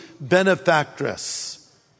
benefactress